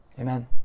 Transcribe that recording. Amen